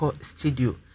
studio